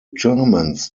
germans